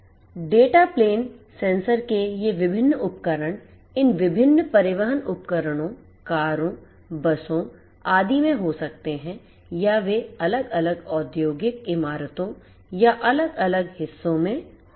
और data plane sensor के ये विभिन्न उपकरण इन विभिन्न परिवहन उपकरणों कारों बसों आदि में हो सकते हैं या वे अलग अलग औद्योगिक इमारतों या अलग अलग हिस्सों में हो सकते हैं